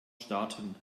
starten